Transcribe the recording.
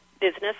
business